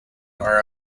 are